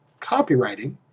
copywriting